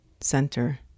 Center